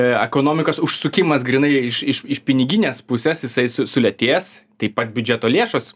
ekonomikos užsukimas grynai iš iš iš piniginės pusės jisai su sulėtės taip pat biudžeto lėšos